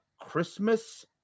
Christmas